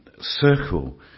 circle